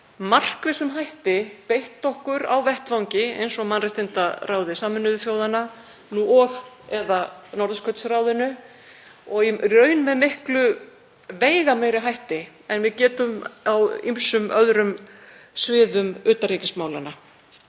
markvissum hætti á vettvangi eins og í mannréttindaráði Sameinuðu þjóðanna og/eða Norðurskautsráðinu og í raun með miklu veigameiri hætti en við getum gert á ýmsum öðrum sviðum utanríkismálanna.